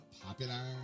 popular